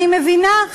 אני מבינה,